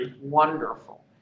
wonderful